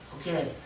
Okay